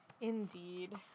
Indeed